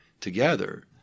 together